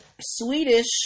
Swedish